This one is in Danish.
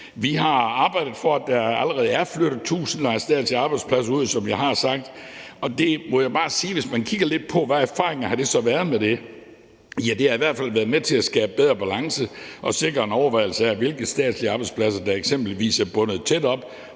sagt, arbejdet for, at der allerede er flyttet tusinder af statslige arbejdspladser ud, og jeg må bare sige, at hvis man kigger lidt på, hvad der har været af erfaringer med det, så har det i hvert fald været med til at skabe bedre balance og sikre en overvejelse af, hvilke statslige arbejdspladser der eksempelvis er bundet tæt op